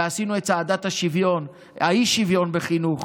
ועשינו את צעדת האי-שוויון בחינוך.